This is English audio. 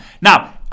Now